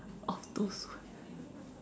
oh two words